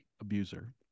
abuser